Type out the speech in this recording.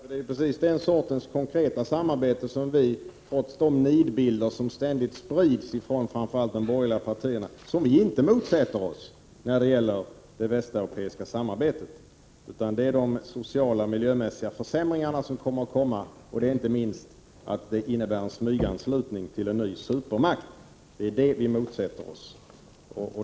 Fru talman! Det tror jag inte alls. Det är just den sortens konkreta samarbete som vi, trots de nidbilder som ständigt sprids av framför allt de borgerliga partierna, inte motsätter oss när det gäller det västeuropeiska samarbetet. Det gäller de sociala och miljömässiga försämringarna som kommer, inte minst en smyganslutning till en ny supermakt. Det är detta som vi motsätter oss.